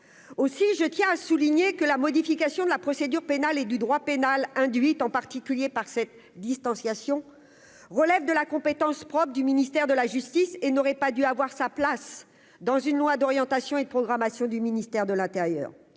aussi je tiens à souligner que la modification de la procédure pénale et du droit pénal induite en particulier par cette distanciation relève de la compétence propre du ministère de la justice et n'aurait pas dû avoir sa place dans une loi d'orientation et de programmation du ministère de l'Intérieur,